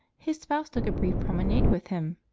his spouse took a brief promenade with him.